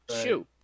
Shoot